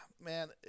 man